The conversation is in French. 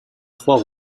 trois